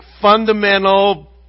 fundamental